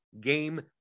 game